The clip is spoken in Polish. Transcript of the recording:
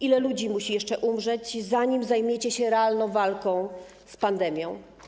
Ile ludzi jeszcze musi umrzeć, zanim zajmiecie się realną walką z pandemią?